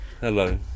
Hello